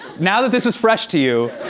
now that this is fresh to you